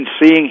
seeing